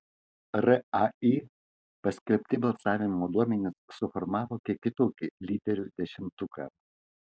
rai paskelbti balsavimo duomenys suformavo kiek kitokį lyderių dešimtuką